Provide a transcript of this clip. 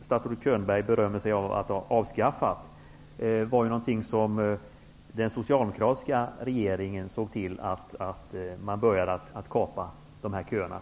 Statsrådet Könberg berömmer sig av att ha avskaffat köerna, men det var ju den socialdemokratiska regeringen som såg till att man började kapa dem.